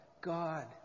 God